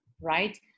right